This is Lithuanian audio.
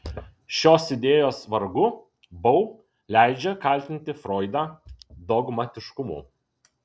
šios idėjos vargu bau leidžia kaltinti froidą dogmatiškumu